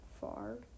far